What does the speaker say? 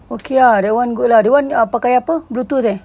okay ah that [one] good lah that [one] pakai apa bluetooth eh